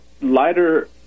lighter